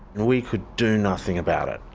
and we could do nothing about it.